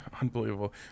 unbelievable